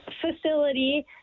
facility